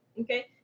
okay